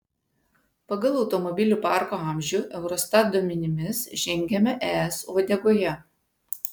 pagal automobilių parko amžių eurostat duomenimis žengiame es uodegoje